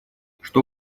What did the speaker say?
что